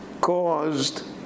caused